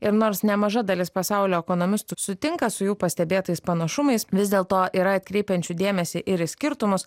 ir nors nemaža dalis pasaulio ekonomistų sutinka su jų pastebėtais panašumais vis dėlto yra atkreipiančių dėmesį ir į skirtumus